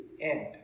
end